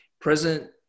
President